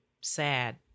sad